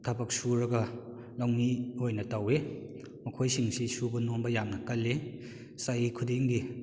ꯊꯕꯛ ꯁꯨꯔꯒ ꯂꯧꯃꯤ ꯑꯣꯏꯅ ꯇꯧꯏ ꯃꯈꯣꯏꯁꯤꯡꯁꯤ ꯁꯨꯕ ꯅꯣꯝꯕ ꯌꯥꯝꯅ ꯀꯜꯂꯤ ꯆꯍꯤ ꯈꯨꯗꯤꯡꯒꯤ